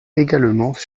également